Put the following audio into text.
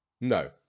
No